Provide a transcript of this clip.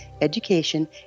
education